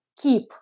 keep